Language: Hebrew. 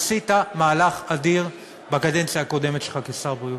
עשית מהלך אדיר בקדנציה הקודמת שלך כשר הבריאות.